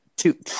Two